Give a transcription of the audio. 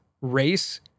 race